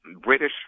British